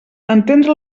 entendre